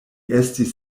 estis